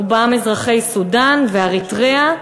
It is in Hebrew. רובם אזרחי סודאן ואריתריאה,